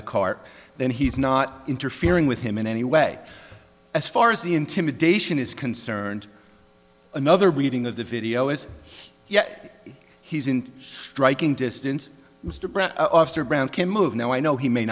the car then he's not interfering with him in any way as far as the intimidation is concerned another weaving of the video is yet he's in striking distance officer brown can move now i know he may